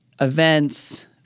events